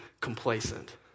complacent